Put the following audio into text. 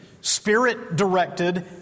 spirit-directed